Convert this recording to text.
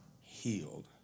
healed